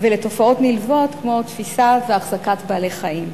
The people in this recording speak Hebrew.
ולתופעות נלוות כמו תפיסה ואחזקה של בעלי-חיים.